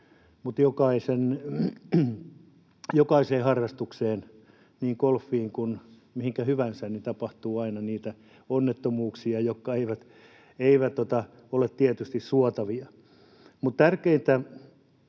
Mutta jokaisessa harrastuksessa, niin golfissa kuin missä hyvänsä, tapahtuu aina onnettomuuksia, jotka eivät ole tietysti suotavia. Mutta tärkeintä